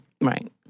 Right